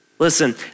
Listen